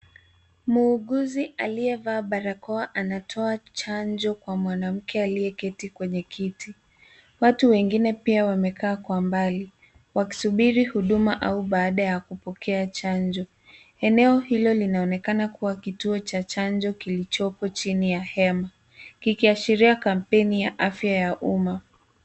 Muuguzi aliyevaa barakoa anatoa chanjo kwa mwanamke aliyeketi kwenye kiti. Watu wengine pia wamekaa kwa mbali wakisubiri huduma au wakipokea chanjo. Eneo hilo linaonekana kuwa kituo la chanjo kilichopo china ya hema kikiashiria kampeni ya afya ya umma.